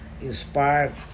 Inspired